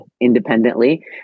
independently